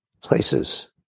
places